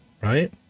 right